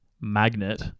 magnet